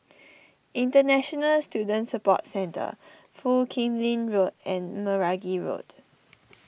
International Student Support Centre Foo Kim Lin Road and Meragi Road